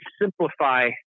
simplify